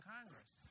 Congress